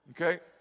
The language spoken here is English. Okay